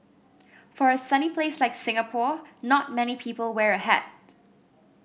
for a sunny place like Singapore not many people wear a hat